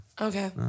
Okay